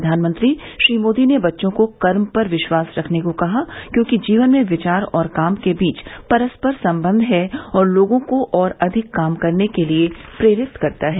प्रधानमंत्री मोदी ने बच्चों को कर्म पर विश्वास रखने को कहा क्योंकि जीवन में विचार और काम के बीच परस्पर सम्बन्ध है और लोगों को और अधिक काम करने के लिए प्रेरित करता है